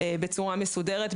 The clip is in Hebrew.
בצורה מסודרת,